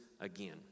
again